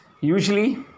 usually